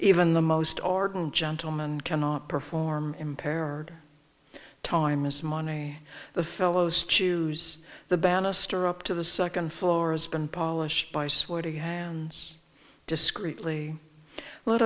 even the most ardent gentleman cannot perform impair our time is money the fellows choose the bannister up to the second floor has been polished by sweaty hands discreetly let